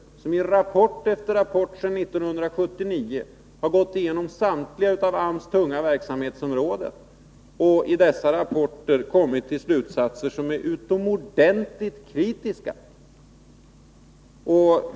Riksrevisionsverket har i rapport efter rapport sedan 1979 gått igenom samtliga av AMS tunga verksamhetsområden och i dessa rapporter kommit till slutsatser som är utomordentligt kritiska.